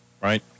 Right